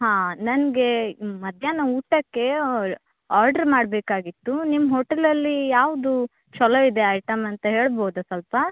ಹಾಂ ನನಗೆ ಮಧ್ಯಾಹ್ನ ಊಟಕ್ಕೆ ಆರ್ಡರ್ ಮಾಡಬೇಕಾಗಿತ್ತು ನಿಮ್ಮ ಹೋಟೆಲಲ್ಲಿ ಯಾವ್ದು ಛಲೋ ಇದೆ ಐಟಮ್ ಅಂತ ಹೇಳ್ಬೌದಾ ಸ್ವಲ್ಪ